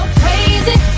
crazy